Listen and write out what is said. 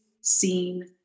seen